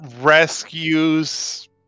rescues